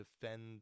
defend